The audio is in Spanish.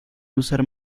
usar